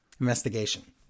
investigation